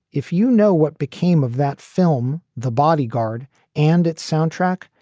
if you know what became of that film the bodyguard and its soundtrack,